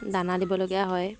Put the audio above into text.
দানা দিবলগীয়া হয়